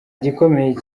gikomeye